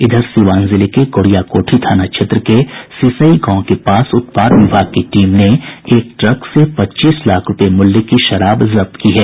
इधर सीवान जिले के गौरियाकोठी थाना क्षेत्र के सिसई गांव के पास उत्पाद विभाग की टीम ने एक ट्रक से पच्चीस लाख रूपये मूल्य की शराब जब्त की है